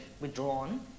withdrawn